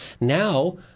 now